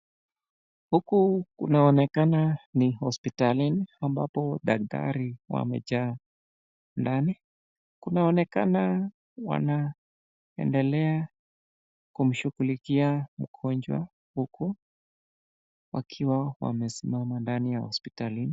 Huku kunaonekana ni hospitalini ambapo daktari wamejaa ndani. Kunaonekana wanaendelea kumshukulikia mgonjwa huku wakiwa wamesimama ndani ya hospitalini.